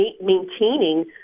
maintaining